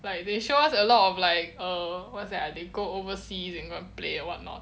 like they show us a lot of like err what's that ah they go overseas and go and play or what not